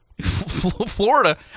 Florida